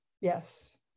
Yes